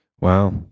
Wow